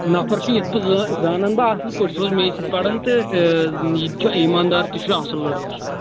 نفر چھُ یِتھٕ کٔنۍ زانَن بہٕ اَصٕل پٲٹھۍ سُہ اوس میٚے سۭتۍ پَرن تہٕ یہِ تہِ چھُ ایمانٛدار تہِ چھُ اَصٕل لٔڑکہٕ چھُ